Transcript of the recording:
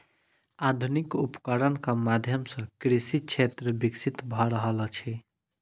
आधुनिक उपकरणक माध्यम सॅ कृषि क्षेत्र विकसित भ रहल अछि